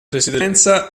presidenza